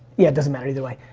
yeah, doesn't matter either way.